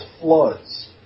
floods